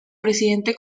presidente